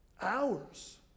hours